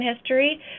history